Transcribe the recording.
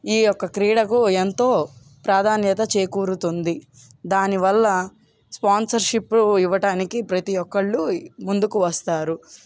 ఈ యొక్క క్రీడకు ఎంతో ప్రాధాన్యత చేకూరుతుంది దానివల్ల స్పాన్సర్షిప్ ఇవ్వటానికి ప్రతి ఒక్కరు ముందుకు వస్తారు